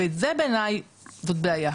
ובעיניי זאת בעיה.